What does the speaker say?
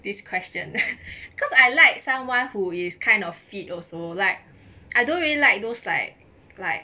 this question cause I like someone who is kind of fit also like I don't really like those like like